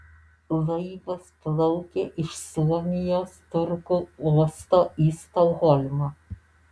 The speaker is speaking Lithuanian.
laivas plaukė iš suomijos turku uosto į stokholmą